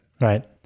Right